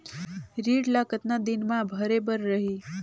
ऋण ला कतना दिन मा भरे बर रही?